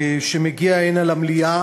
שמגיע הנה למליאה